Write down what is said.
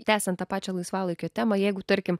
tęsiant tą pačią laisvalaikio temą jeigu tarkim